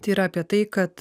tai yra apie tai kad